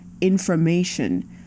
information